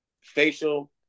facial